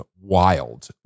wild